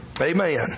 Amen